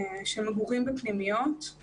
של מגורים בפנימיות,